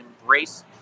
embrace